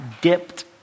dipped